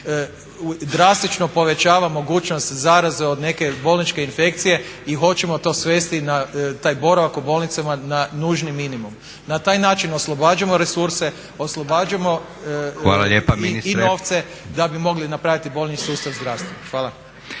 drastično povećava mogućnost zaraze od neke bolničke infekcije i hoćemo to svesti na taj boravak u bolnicama na nužni minimum. Na taj način oslobađamo resurse, oslobađamo i novce da bi mogli napraviti bolji sustav zdravstva. Hvala.